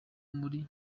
muri